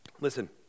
Listen